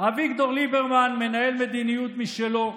אביגדור ליברמן מנהל מדיניות משלו.